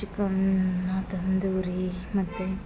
chicken tandoori ಮತ್ತು